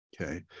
Okay